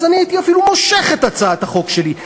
אז אני הייתי אפילו מושך את הצעת החוק שלי.